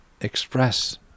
express